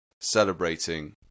celebrating